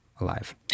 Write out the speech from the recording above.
alive